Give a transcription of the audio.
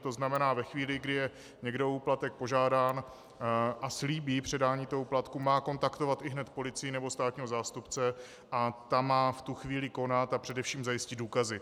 To znamená ve chvíli, kdy je někdo o úplatek požádán a slíbí předání úplatku, má kontaktovat ihned policii nebo státního zástupce a ta má v tu chvíli konat a především zajistit důkazy.